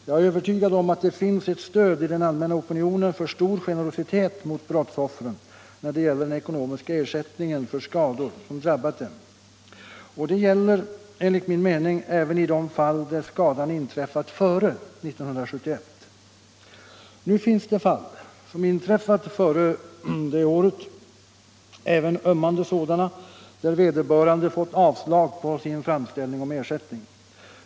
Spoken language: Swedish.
Jag är övertygad om att det finns ett stöd i den allmänna opinionen för stor generositet mot brottsoffren, när det gäller den ekonomiska ersättningen för skador som drabbat dem. Och enligt min mening gäller det även i de fall då skadan inträffat före 1971. Nu finns det emellertid fall som inträffat före 1971, även ömmande sådana, där vederbörande har fått avslag på sin framställning om ersättning.